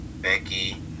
Becky